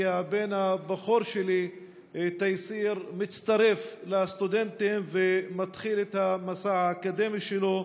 כי הבן הבכור שלי תייסיר מצטרף לסטודנטים ומתחיל את המסע האקדמי שלו.